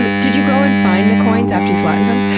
and did you go and find the coins after you flattened them?